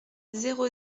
zéro